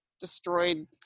destroyed